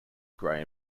grey